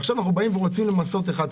עכשיו רוצים למסות אחד כזה.